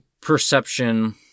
perception